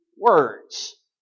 words